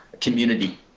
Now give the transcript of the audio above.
community